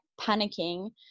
panicking